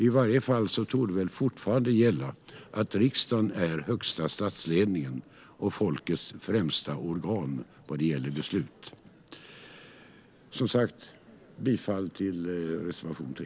I varje fall torde väl fortfarande gälla att riksdagen är högsta statsledningen och folkets främsta organ vad gäller beslut. Jag yrkar som sagt bifall till reservation 3.